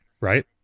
right